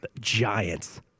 Giants